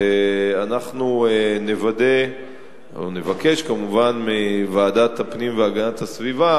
ואנחנו נבקש מוועדת הפנים והגנת הסביבה